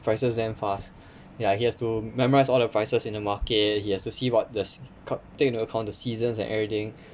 prices damn fast ya he has to memorise all prices in the market he has to see what does take into account the seasons and everything